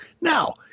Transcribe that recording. Now